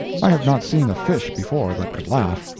i have not seen a fish before that could laugh.